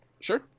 Sure